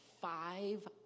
five